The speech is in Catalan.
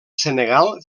senegal